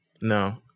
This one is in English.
No